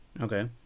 Okay